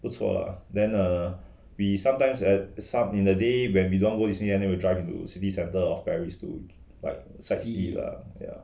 不错 lah then er we sometimes at sub in the day when we don't go disneyland then we drive into city centre of paris to like sightsee lah